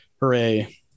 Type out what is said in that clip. hooray